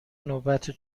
نوبت